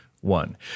one